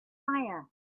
fire